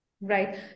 Right